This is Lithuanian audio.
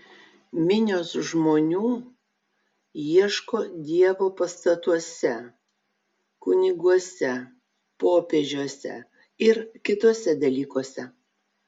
minios žmonių ieško dievo pastatuose kuniguose popiežiuose ir kituose dalykuose